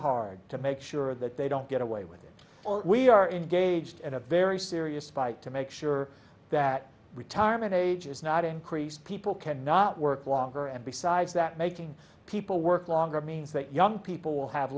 hard to make sure that they don't get away with it we are engaged in a very serious fight to make sure that retirement age is not increased people can not work longer and besides that making people work longer means that young people